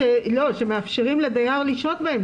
שמאפשרים לדייר לשהות בהם.